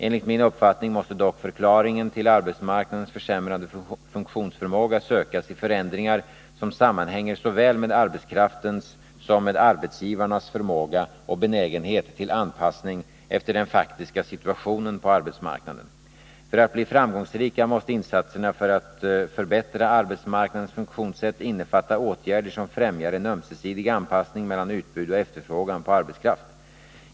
Enligt min uppfattning måste dock förklaringen till arbetsmarknadens försämrade funktionsförmåga sökas i förändringar som sammanhänger såväl med arbetskraftens som med arbetsgivarnas förmåga och benägenhet till anpassning efter den faktiska situationen på arbetsmarknaden. För att bli framgångsrika måste insatserna för att förbättra arbetsmarknadens funktionssätt innefatta åtgärder som främjar en ömsesidig anpassning mellan utbud och efterfrågan på arbetskraft.